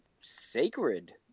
sacred